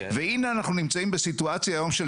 והנה אנחנו נמצאים בסיטואציה היום של